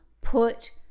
put